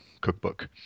cookbook